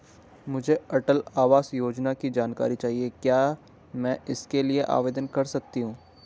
मुझे अटल आवास योजना की जानकारी चाहिए क्या मैं इसके लिए आवेदन कर सकती हूँ?